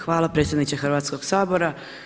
Hvala predsjedniče Hrvatskog sabora.